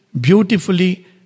beautifully